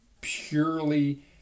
purely